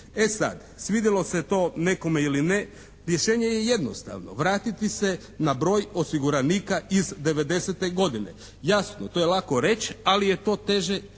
E sad, svidjelo se to nekome ili ne, rješenje je jednostavno. Vratiti se na broj osiguranika iz '90. godine. Jasno, to je lako reći, ali je to teže